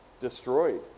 destroyed